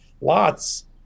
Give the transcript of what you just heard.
lots